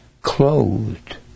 clothed